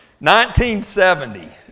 1970